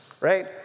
right